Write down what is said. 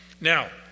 Now